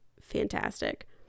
fantastic